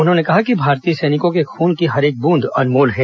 उन्होंने कहा कि भारतीय सैनिकों के खून की हर एक बूंद अनमोल है